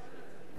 בבקשה,